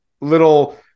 little